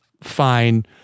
fine